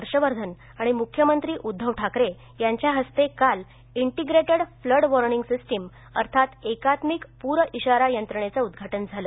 हर्षवर्धन आणि मुख्यमंत्री उद्धव ठाकरे यांच्या हस्ते काल इंटिग्रेटेड फ्लड वॉर्निंग सिस्टीम अर्थात एकात्मिक प्र इशारा यंत्रणेचं उद्घाटन झालं